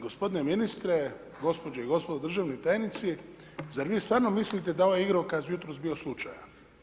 Gospodine ministre, gospođe i gospodo državni tajnici, zar vi stvarno mislite da je ovaj igrokaz jutros bio slučajan?